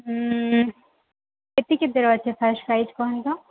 କେତେ କେତେ ଅଛି ଫାର୍ଷ୍ଟ ଫ୍ଲାଇସ୍ କୁହନ୍ତୁ ତ